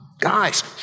guys